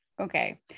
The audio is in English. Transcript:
Okay